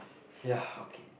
ya okay